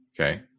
Okay